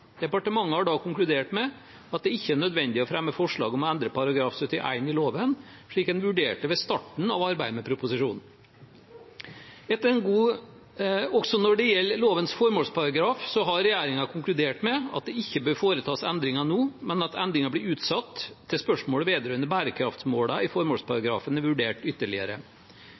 Departementet har da konkludert med at det ikke er nødvendig å fremme forslag om å endre § 71 i loven, slik en vurderte ved starten av arbeidet med proposisjonen. Også når det gjelder lovens formålsparagraf, har regjeringen konkludert med at det ikke bør foretas endringer nå, men at endringer blir utsatt til spørsmålet vedrørende bærekraftsmålene i formålsparagrafen er vurdert ytterligere.